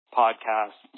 podcast